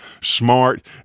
smart